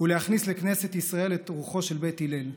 ולהכניס לכנסת ישראל את רוחו של בית הלל,